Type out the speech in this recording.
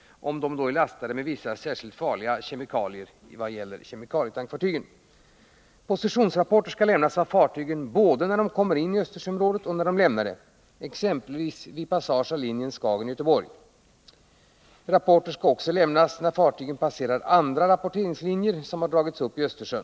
Detta gäller, beträffande kemikalietankfartygen, om de är lastade med vissa, särskilt farliga kemikalier. Positionsrapporter skall lämnas av fartygen både när de kommer in i Östersjöområdet och när de lämnar det, exempelvis vid passage av linjen Skagen-Göteborg. Rapporter skall också lämnas när fartygen passerar andra rapporteringslinjer som har dragits upp i Östersjön.